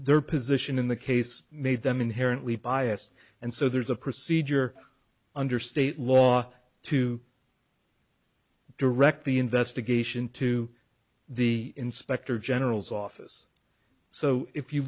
their position in the case made them inherently biased and so there's a procedure under state law to direct the investigation to the inspector general's office so if you